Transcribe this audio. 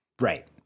Right